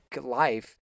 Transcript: life